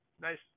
Nice